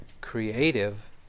creative